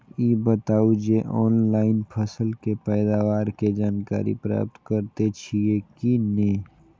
ई बताउ जे ऑनलाइन फसल के पैदावार के जानकारी प्राप्त करेत छिए की नेय?